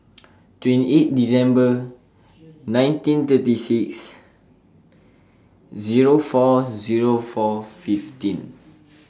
twenty eight December nineteen thirty six Zero four Zero four fifteen